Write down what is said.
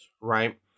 right